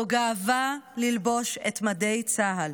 זו גאווה ללבוש את מדי צה"ל.